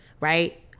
right